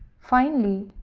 finally,